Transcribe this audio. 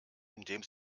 indem